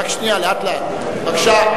בבקשה,